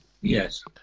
Yes